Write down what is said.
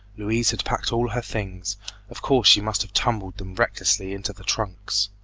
louise had packed all her things of course she must have tumbled them recklessly into the trunks.